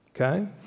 okay